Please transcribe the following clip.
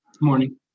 morning